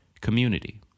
Community